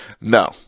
No